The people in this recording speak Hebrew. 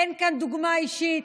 אין כאן דוגמה אישית,